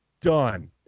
done